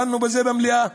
דנו בזה במליאה